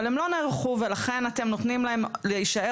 אבל הם לא נערכו ולכן אתם נותנים להם להישאר